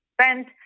spent